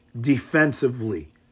defensively